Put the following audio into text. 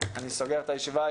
הישיבה נעולה.